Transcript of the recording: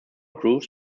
grooves